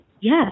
Yes